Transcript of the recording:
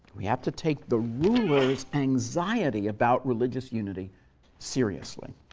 we have to take the ruler's anxiety about religious unity seriously.